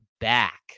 back